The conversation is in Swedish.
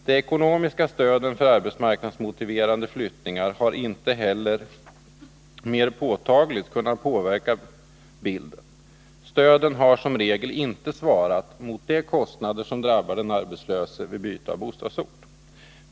De ekonomiska stöden för arbetsmarknadsmotiverade flyttningar har inte heller mer påtagligt kunnat påverka bilden. Stöden har som regel inte svarat mot de kostnader som drabbar den arbetslöse vid byte av bostadsort.